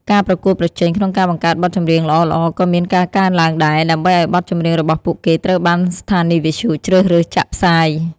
ការប្រកួតប្រជែងក្នុងការបង្កើតបទចម្រៀងល្អៗក៏មានការកើនឡើងដែរ ដើម្បីឲ្យបទចម្រៀងរបស់ពួកគេត្រូវបានស្ថានីយវិទ្យុជ្រើសរើសចាក់ផ្សាយ។